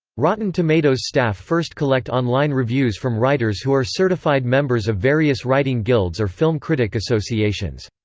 rotten tomatoes staff first collect online reviews from writers who are certified members of various writing guilds or film critic-associations.